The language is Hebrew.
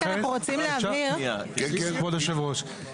שנייה, כבוד יושב הראש.